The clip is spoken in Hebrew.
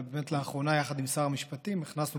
ובאמת לאחרונה יחד עם שר המשפטים הכנסנו